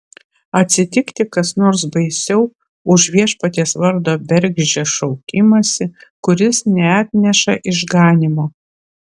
atsitikti kas nors baisiau už viešpaties vardo bergždžią šaukimąsi kuris neatneša išganymo